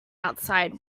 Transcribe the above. outside